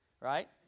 right